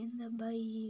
ఏందబ్బా ఈ